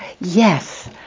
Yes